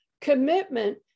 commitment